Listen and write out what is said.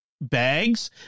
bags